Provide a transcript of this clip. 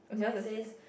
mine says